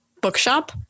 bookshop